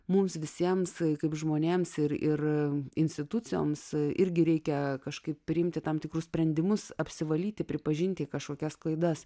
mums visiems kaip žmonėms ir ir institucijoms irgi reikia kažkaip priimti tam tikrus sprendimus apsivalyti pripažinti kažkokias klaidas